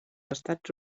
estats